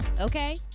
okay